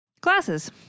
Glasses